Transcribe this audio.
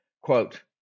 Quote